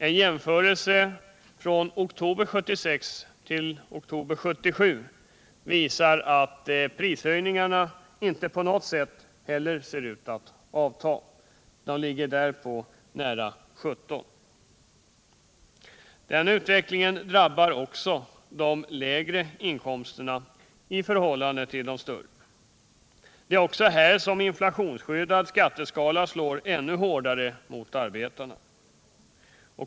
En jämförelse mellan oktober 1976 och oktober 1977 visar att prishöjningarna inte på något sätt ser ut att avta. De ligger på nära 17 96. Den utvecklingen drabbar också de lägre inkomsterna hårdare än de högre. Det är också här som en inflationsskyddad skatteskala slår ännu hårdare mot arbetarna.